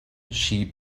sheep